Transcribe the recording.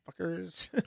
fuckers